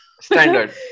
Standard